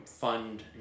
fund